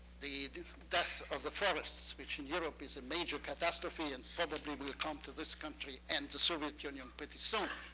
the the death of the forests, which in europe is a major catastrophe and probably will come to this country and the soviet union pretty soon.